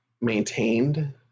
maintained